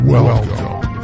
Welcome